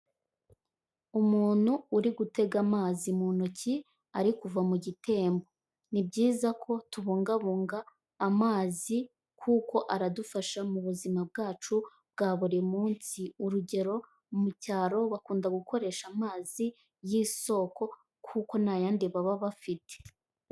Umuntu uri gutega amazi mu ntoki ari kuva mu gitembo. Ni byiza ko tubungabunga amazi kuko aradufasha mu buzima bwacu bwa buri munsi. Urugero, mu cyaro bakunda gukoresha amazi y'isoko kuko nta yandi baba bafite.